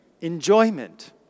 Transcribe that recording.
enjoyment